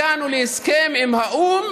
הגענו להסכם עם האו"ם,